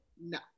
No